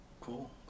cool